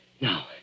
Now